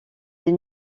les